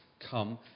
come